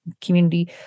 community